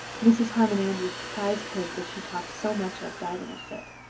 mrs. harmon andrews prize pig that she talked so much of died in a fit.